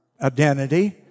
identity